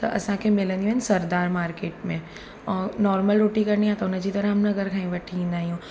त असांखे मिलंदियूं आहिनि सरदार मार्केट में ऐं नॉर्मल रोटी करिणी आहे त उन जी त रामनगर खां ई वठी ईंदा आहियूं